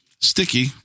Sticky